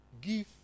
give